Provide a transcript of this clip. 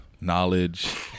knowledge